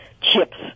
chips